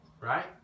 Right